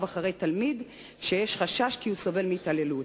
אחרי תלמיד שיש חשש כי הוא סובל מהתעללות.